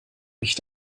mich